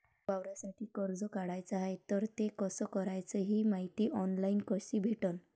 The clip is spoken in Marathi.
वावरासाठी कर्ज काढाचं हाय तर ते कस कराच ही मायती ऑनलाईन कसी भेटन?